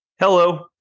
Hello